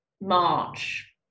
March